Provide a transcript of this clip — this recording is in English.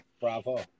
bravo